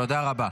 תודה רבה.